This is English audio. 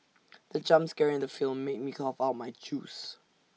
the jump scare in the film made me cough out my juice